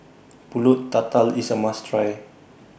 Pulut Tatal IS A must Try